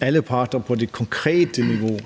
alle parter på det konkrete niveau,